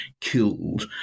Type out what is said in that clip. killed